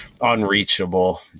unreachable